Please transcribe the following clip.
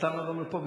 אבל נתנו לו מפה,